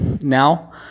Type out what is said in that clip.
now